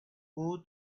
who